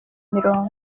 mirongo